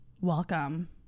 welcome